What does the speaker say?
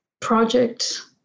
project